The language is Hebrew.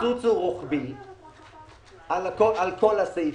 הקיצוץ הוא רוחבי על כל הסעיפים.